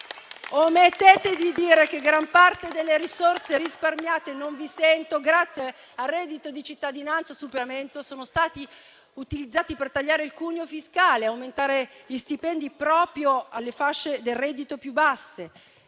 Omettete di dire che gran parte delle risorse risparmiate grazie al reddito di cittadinanza e al suo superamento sono state utilizzate per tagliare il cuneo fiscale e aumentare gli stipendi proprio alle fasce di reddito più basse.